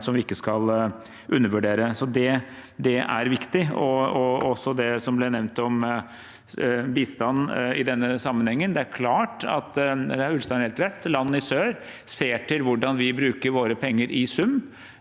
som vi ikke skal undervurdere. Det er viktig – også det som ble nevnt om bistand i den sammenhengen. Det er klart – der har Ulstein helt rett – at land i sør ser til hvordan vi bruker våre penger i sum.